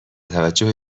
توجه